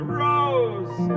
rose